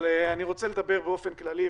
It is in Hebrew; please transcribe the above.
אני רוצה לדבר באופן כללי,